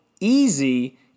easy